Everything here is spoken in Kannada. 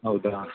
ಹೌದಾ